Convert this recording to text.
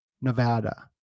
Nevada